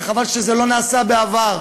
וחבל שזה לא נעשה בעבר.